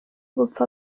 gupfa